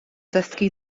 dysgu